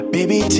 Baby